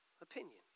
opinion